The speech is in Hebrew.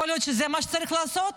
יכול להיות שזה מה שצריך לעשות,